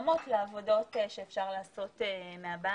שמותאמות לעבודות שאפשר לעשות מהבית.